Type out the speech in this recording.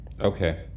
Okay